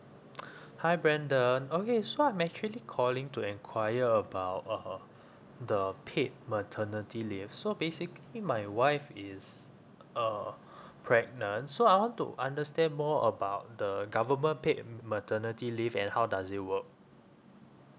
hi brandon okay so I'm actually calling to enquire about uh the paid maternity leave so basically my wife is uh pregnant so I want to understand more about the government paid m~ maternity leave and how does it work